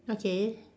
okay